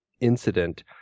incident